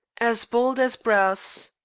as bold as brass.